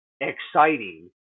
exciting